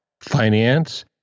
finance